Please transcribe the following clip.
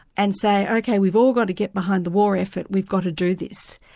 and say, ok, we've all got to get behind the war effort, we've got to do this.